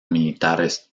militares